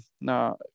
now